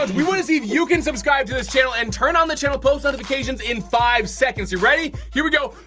and we wanna see if you can subscribe to this channel, and turn on the channel post notifications in five seconds, you ready? here we go.